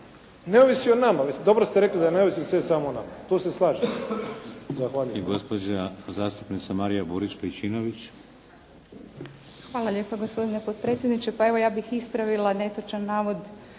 Ne ovisi o nama, mislim dobro ste rekli da ne ovisi sve samo o nama. Tu se slažem.